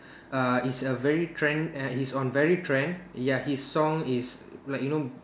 uh it's a very trend uh it's on very trend ya his is song like you know